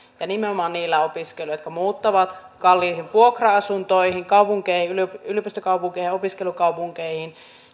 ja nimenomaan niillä opiskelijoilla jotka muuttavat kalliisiin vuokra asuntoihin yliopistokaupunkeihin ja opiskelukaupunkeihin